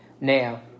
Now